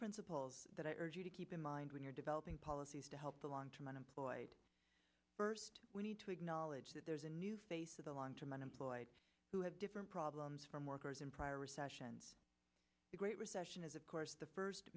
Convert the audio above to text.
principles that i urge you to keep in mind when you're developing policies to help the long term unemployed first we need to acknowledge that there's a new face of the long term unemployed who have different problems from workers in prior recessions the great recession is of course the first